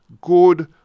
good